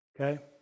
Okay